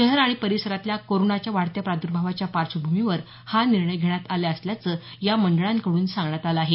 शहर आणि परिसरातल्या कोरोनाच्या वाढत्या प्रादर्भावाच्या पार्श्वभूमीवर हा निर्णय घेण्यात आल्याचं या मंडळांकडून सांगण्यात आलं आहे